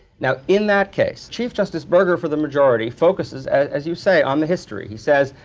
now, in that case, chief justice burger, for the majority, focuses, as you say, on the history. he says,